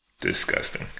Disgusting